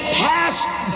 passed